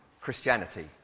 Christianity